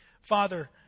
Father